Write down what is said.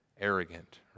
arrogant